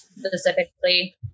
specifically